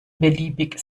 beliebig